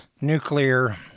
nuclear